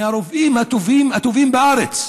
מהרופאים הטובים בארץ.